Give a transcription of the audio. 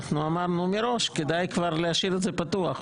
אנחנו אמרנו מראש: כדאי כבר להשאיר את זה פתוח.